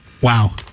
Wow